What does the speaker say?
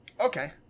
Okay